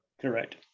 Correct